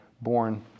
born